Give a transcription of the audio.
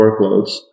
workloads